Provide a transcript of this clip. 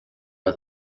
are